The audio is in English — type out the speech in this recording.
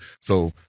So-